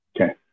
Okay